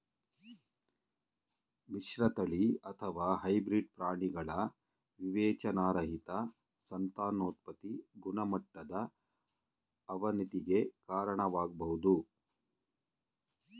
ಮಿಶ್ರತಳಿ ಅಥವಾ ಹೈಬ್ರಿಡ್ ಪ್ರಾಣಿಗಳ ವಿವೇಚನಾರಹಿತ ಸಂತಾನೋತ್ಪತಿ ಗುಣಮಟ್ಟದ ಅವನತಿಗೆ ಕಾರಣವಾಗ್ಬೋದು